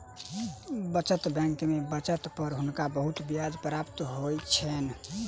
बचत बैंक में बचत पर हुनका बहुत ब्याज प्राप्त होइ छैन